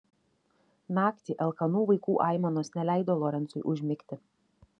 naktį alkanų vaikų aimanos neleido lorencui užmigti